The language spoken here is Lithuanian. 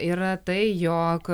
yra tai jog